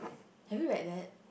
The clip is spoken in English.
have you read that